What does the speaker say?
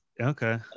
Okay